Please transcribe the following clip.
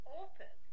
open